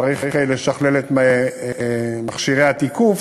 צריך לשכלל את מכשירי התיקוף,